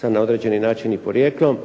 sam na određeni i porijeklom.